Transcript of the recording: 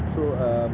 so err